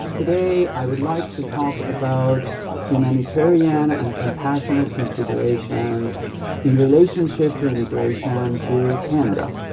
today, i would like to talk about humanitarian and compassionate considerations in relationship to immigration to canada